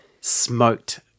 Smoked